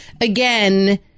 again